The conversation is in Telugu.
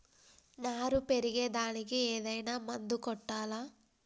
నారు పెరిగే దానికి ఏదైనా మందు కొట్టాలా?